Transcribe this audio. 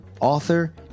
author